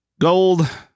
gold